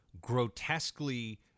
grotesquely